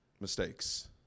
mistakes